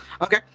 Okay